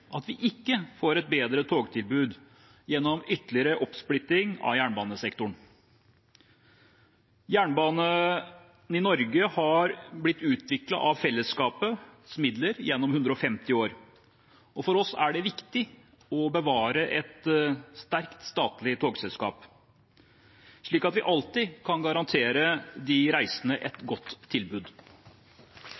at vi ikke får et bedre togtilbud gjennom ytterligere oppsplitting av jernbanesektoren. Jernbanen i Norge er blitt utviklet av fellesskapets midler gjennom 150 år, og for oss er det viktig å bevare et sterkt statlig togselskap, slik at vi alltid kan garantere de reisende et